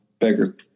beggar